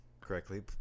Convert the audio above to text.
correctly